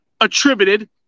attributed